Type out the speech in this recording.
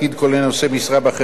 כולל נושא משרה בחברה,